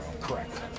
Correct